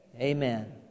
Amen